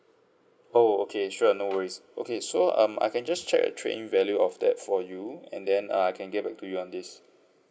oh okay sure no worries okay so um I can just check the trade in value of that for you and then uh I can get back to you on this